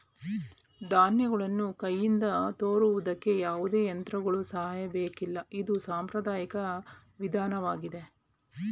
ಧಾನ್ಯಗಳನ್ನು ಕೈಯಿಂದ ತೋರುವುದಕ್ಕೆ ಯಾವುದೇ ಯಂತ್ರಗಳ ಸಹಾಯ ಬೇಕಿಲ್ಲ ಇದು ಸಾಂಪ್ರದಾಯಿಕ ವಿಧಾನವಾಗಿದೆ